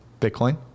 Bitcoin